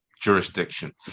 jurisdiction